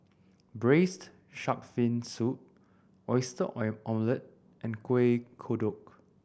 Braised Shark Fin Soup oyster oil omelette and Kueh Kodok